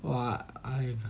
!wah! I